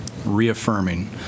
reaffirming